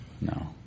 no